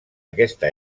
aquesta